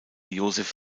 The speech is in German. josef